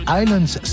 island's